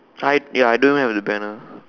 I ya I don't even have the banner